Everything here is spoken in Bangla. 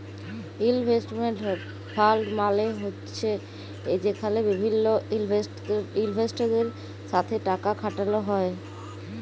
ইলভেসেটমেল্ট ফালড মালে হছে যেখালে বিভিল্ল ইলভেস্টরদের সাথে টাকা খাটালো হ্যয়